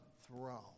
throne